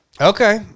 Okay